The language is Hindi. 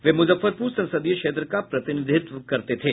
वे मुजफ्फरपूर संसदीय क्षेत्र का प्रतिनिधित्व करते थे